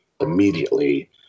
immediately